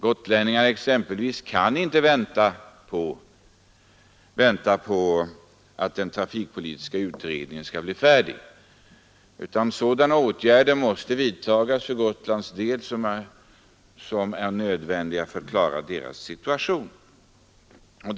Gotlänningarna exempelvis kan inte vänta på att trafikpolitiska utredningen skall bli färdig med sitt arbete, utan de åtgärder som är nödvändiga för att klara deras situation måste vidtas redan dessförinnan.